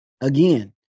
again